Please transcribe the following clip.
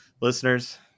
Listeners